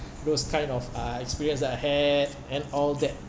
those kind of uh experience that I had and all that